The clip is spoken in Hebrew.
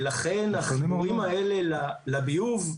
לכן החיבורים האלה לביוב,